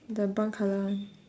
the brown colour one